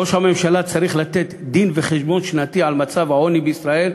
ראש הממשלה צריך לתת דין-וחשבון שנתי על מצב העוני בישראל,